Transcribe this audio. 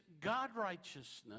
God-righteousness